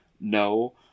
No